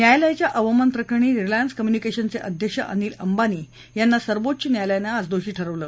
न्यायालयाच्या अवमान प्रकरणी रिलायन्स कम्युनिकेशनचे अध्यक्ष अनिल अंबानी यांना सर्वोच्च न्यायालयानं आज दोषी ठरवलं